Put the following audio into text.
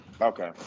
Okay